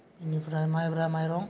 बिनिफ्राय मायब्रा माइरं